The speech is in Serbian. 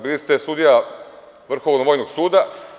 Bili ste sudija Vrhovnog vojnog suda.